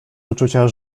uczucia